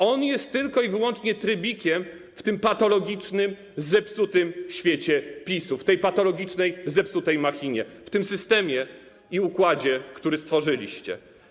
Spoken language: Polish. On jest tylko i wyłącznie trybikiem w tym patologicznym, zepsutym świecie PiS-u, w tej patologicznej, zepsutej machinie, w tym systemie i układzie, które stworzyliście.